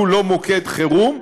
שהוא לא מוקד חירום,